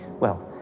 well,